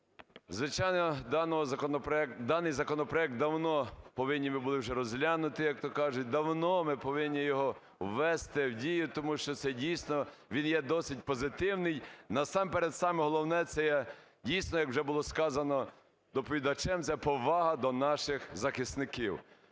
Звичайно, даний законопроект давно повинні ми були вже розглянути, як то кажуть, давно ми повинні були його ввести в дію, тому що це дійсно він є досить позитивний. Насамперед, саме головне - це дійсно, як було сказано доповідачем, це повага до наших захисників.